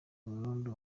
burundu